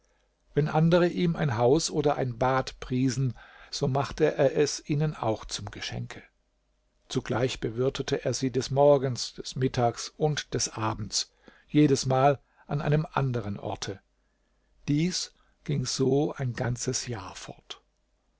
wenn andere ihm ein haus oder ein bad priesen so machte er es ihnen auch zum geschenke zugleich bewirtete er sie des morgens des mittags und des abends jedesmal an einem anderen orte dies ging so ein ganzes jahr fort